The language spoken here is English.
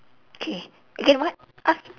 okay again what ask